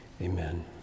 Amen